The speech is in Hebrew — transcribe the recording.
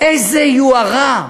איזו יוהרה,